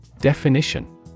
Definition